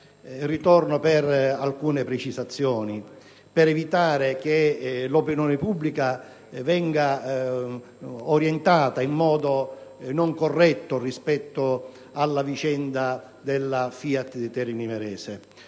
per svolgere alcune precisazioni al fine di evitare che l'opinione pubblica venga orientata in modo non corretto rispetto alla vicenda della FIAT di Termini Imerese.